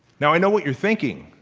now i know what you're thinking.